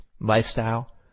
lifestyle